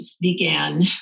began